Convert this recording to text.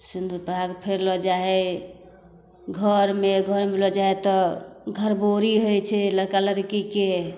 सिंदूर फेर लऽ जाइ हइ घरमे घरमे लऽ जाइ हइ तऽ घरबाेरी होइ छै लड़का लड़कीके